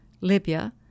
Libya